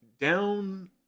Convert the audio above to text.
down